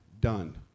done